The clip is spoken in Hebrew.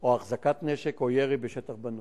או החזקת נשק, או ירי בשטח בנוי.